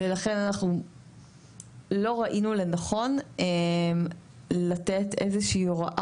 ולכן אנחנו לא ראינו לנכון לתת איזה שהיא הוראה